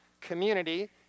community